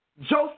Joseph